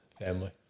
Family